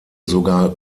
sogar